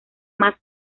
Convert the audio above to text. más